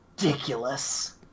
ridiculous